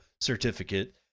certificate